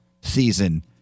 season